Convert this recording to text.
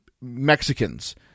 Mexicans